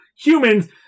humans